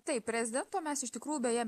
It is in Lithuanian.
taip prezidento mes iš tikrųjų beje